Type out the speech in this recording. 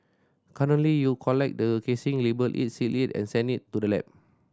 currently you collect the casing label it seal it and send it to the lab